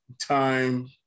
time